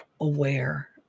aware